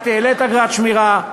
את העלית אגרת שמירה,